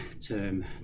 term